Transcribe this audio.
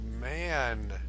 man